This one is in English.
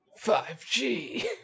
5g